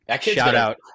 Shout-out